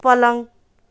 पलङ